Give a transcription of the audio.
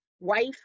wife